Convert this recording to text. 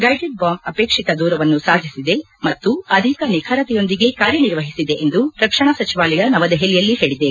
guided bomb ಅಪೇಕ್ಷಿತ ದೂರವನ್ನು ಸಾಧಿಸಿದೆ ಮತ್ತು ಅಧಿಕ ನಿಖರತೆಯೊಂದಿಗೆ ಕಾರ್ಯನಿರ್ವಹಿಸಿದೆ ಎಂದು ರಕ್ಷಣಾ ಸಚಿವಾಲಯ ನವದೆಹಲಿಯಲ್ಲಿ ಹೇಳದೆ